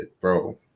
bro